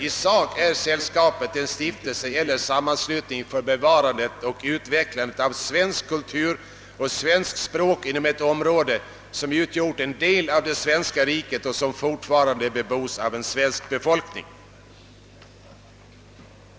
I sak är sällskapet en stiftelse eller sammanslutning för bevarandet och utvecklandet av svensk kultur och svenskt språk inom ett område, som utgjort en del av det svenska riket och som fortfarande bebos av en svensk befolkning.